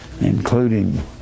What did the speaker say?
including